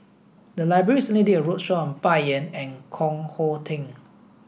the library recently did a roadshow Bai Yan and Koh Hong Teng